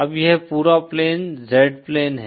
अब यह पूरा प्लेन Z प्लेन है